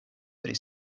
pri